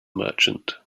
merchant